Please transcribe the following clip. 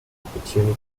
opportunity